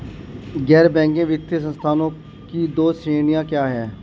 गैर बैंकिंग वित्तीय संस्थानों की दो श्रेणियाँ क्या हैं?